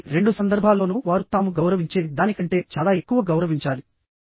చివరికి రెండు సందర్భాల్లోనూ వారు తాము గౌరవించే దానికంటే చాలా ఎక్కువ గౌరవించాలి